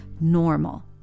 normal